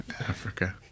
Africa